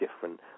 different